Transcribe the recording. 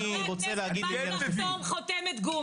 אנחנו, חברי הכנסת, באנו לחתום, חותמת גומי.